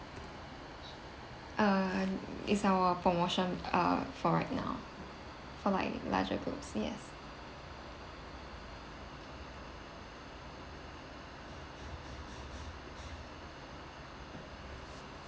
uh is our promotion uh for right now for like larger group yes